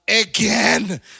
again